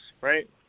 right